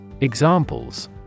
Examples